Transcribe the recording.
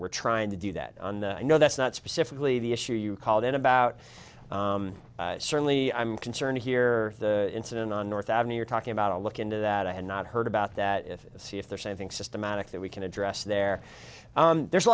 were trying to do that on no that's not specifically the issue you called in about certainly i'm concerned here the incident on north avenue you're talking about to look into that i had not heard about that if see if there's anything systematic that we can address there there's a